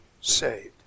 saved